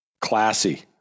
classy